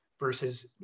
versus